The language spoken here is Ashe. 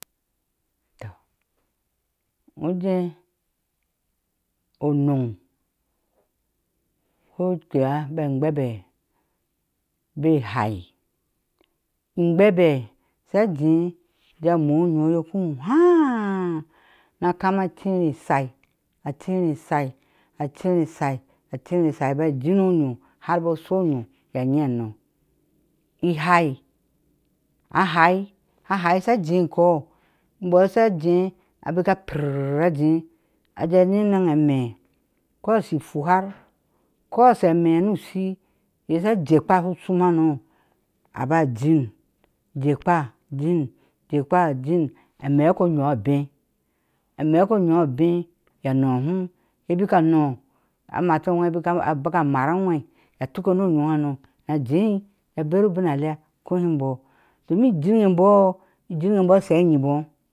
Toh o jee onoŋ kokua béé eggbɛbe béé thee, ejgɛbe shaje ja jwe onyo eye ku haa na kamna cere sa a cere asa acere ashai a cere ashai ba din onyo har ba sho onyo anyiŋanɔɔ, ihai aháá aháá shajee ikɔɔ ibɔɔ sha jee abnɔ a pima jee aje nyi eneŋ amee, ko a shi hwar ke a sha amɛ́ɛ́ nɔ ushi iyɛ sha jekpa shu shum hano aba ajim jeka jin jekpa jin, ama onyo a abée riye a nɔɔ hum ye bik a nɔ amati a ŋwe a bik a bik amaar aŋwe atuke ne onyo hane na jéé ja bari ubin alea a ko hin imbɔɔ, domin win embɔɔ a shɔɔ a nyibɔɔ